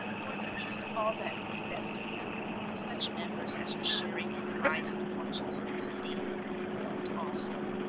or at least all that was best of them such members as were sharing in the rising fortunes of the city moved also,